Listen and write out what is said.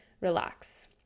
relax